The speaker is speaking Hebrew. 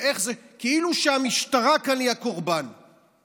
כאילו שהמשטרה היא הקורבן כאן.